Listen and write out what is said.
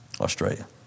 Australia